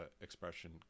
expression